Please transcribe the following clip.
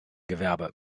gewerbe